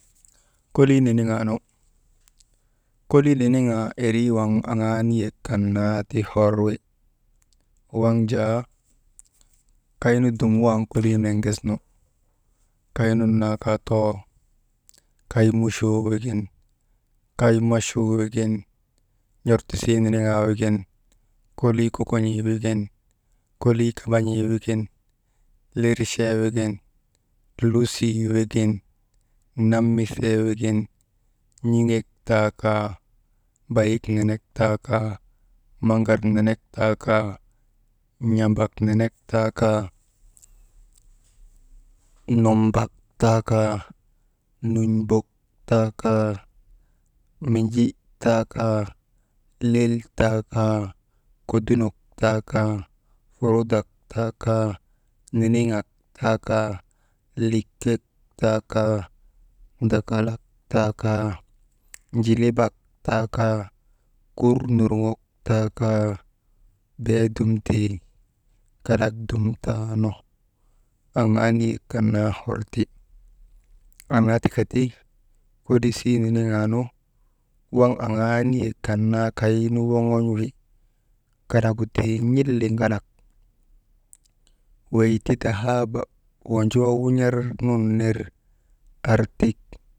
Kolii niniŋaa nu, kolii niniŋaa irii waŋ aŋaa niyek kan naa ti hor wi, waŋ jaa kaynu dum wan kolii niŋesnu, kay nun naa kaa too kay muchoo wigin, kay machuu wigin, n̰ortisii niniŋaa wigin kolii kokon̰ii wigin, kolii kamban̰ii wigin, lirchee wigin, lusii wigin, namisee wigin n̰iŋek taa kaa bayik nenek taa kaa, maŋar nenek taa kaa, n̰ambak nenek taa kaa, nun̰bak taa kaa, nun̰mbok taa kaa, Minji taa kaa, lel taa kaa, kodunok taa kaa, furudak taa kaa, niniŋak taa kaa, likek taa kaa, ndakalak taa kaa njilibak taa kaa, kurnurŋok taa kaa bee dum tii, kalak dum taanu aŋaa niyek kan naa hor ti. Annaa tika ti kolisii niniŋaa nu waŋ aŋaa niyek kan naa kay nu woŋon̰wi kalagu tii n̰iliŋalak wey ti dahaaba wonjoo wun̰ar nun ner artik.